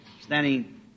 standing